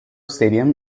stadium